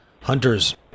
hunters